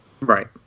Right